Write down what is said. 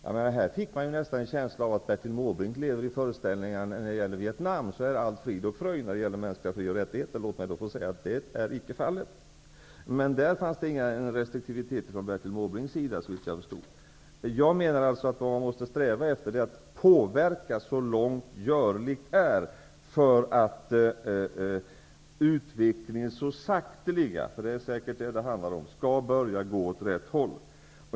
Jag fick nästan en känsla av att Bertil Måbrink lever i den föreställningen att allt i Vietnam är frid och fröjd när det gäller mänskliga rättigheter. Låt mig säga att så inte är fallet. Men i det avseendet fanns såvitt jag förstod ingen restriktivitet från Bertil Jag menar att man måste sträva efter att påverka så långt görligt är för att utvecklingen så sakteliga -- det är säkert det som det handlar om -- skall börja gå åt rätt håll.